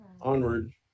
Onward